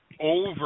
over